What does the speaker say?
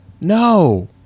No